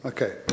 Okay